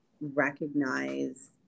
recognize